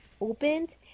opened